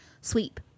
sweep